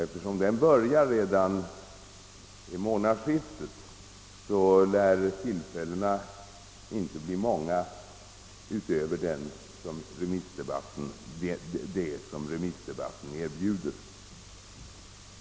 Eftersom den börjar redan vid månadsskiftet lär tillfällena inte bli många utöver det som remissdebatten erbjuder.